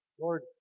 Lord